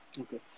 Okay